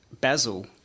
basil